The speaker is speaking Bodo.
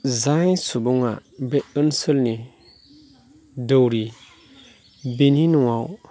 जाय सुबुङा बे ओनसोलनि दौरि बिनि न'आव